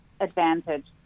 advantage